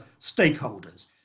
stakeholders